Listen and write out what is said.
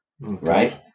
right